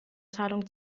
zahlung